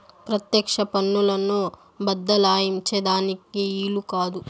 పెత్యెక్ష పన్నులను బద్దలాయించే దానికి ఈలు కాదు